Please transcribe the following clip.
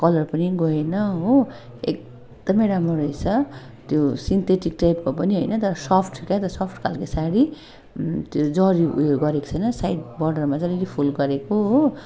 colour पनि गएन हो एकदमै राम्रो रहेछ त्यो सिन्थेटिक टाइपको पनि होइन तर सफ्ट क्या त सफ्ट खालको साडी त्यो जरी उयो गरेको छैन साइड बोर्डरमा चाहिँ अलिअलि फुल गरेको हो